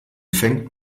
fängt